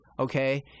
Okay